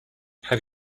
have